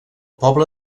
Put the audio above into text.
poble